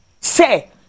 Say